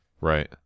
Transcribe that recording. Right